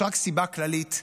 יש רק סיבה כללית.